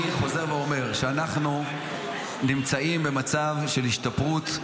אני חוזר ואומר שאנחנו נמצאים במצב של השתפרות.